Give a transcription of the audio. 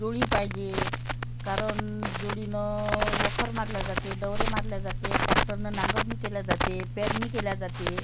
जुडी पाहिजे कारन जुडीनं वखर मारली जाते दवरे मारल्या जाते टॅक्टरनं नांगरणी केली जाते पेरणी केली जाते